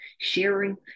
sharing